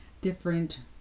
different